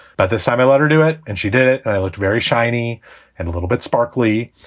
but this time i let her do it and she did it. i looked very shiny and a little bit sparkly,